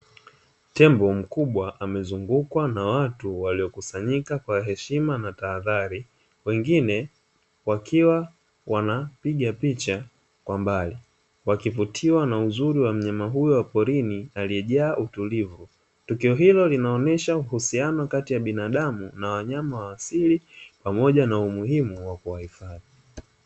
Tembo mkubwa amezungukwa na watu walio kusanyika kwa heshima na tahadhari, wengine wakiwa wanapiga picha kwa mbali wakivutiwa na uzuri wa mnyama huyo wa porini aliyejaa utulivu, tukio hilo linaonesha uhusiano kati ya binadamu na wanyama wa asili pamoja na umuhimu wa kuwahifadhi.